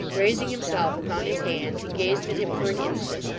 raising himself upon his hands, he gazed at him for an instant,